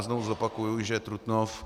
Znovu zopakuju, že Trutnov...